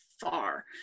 far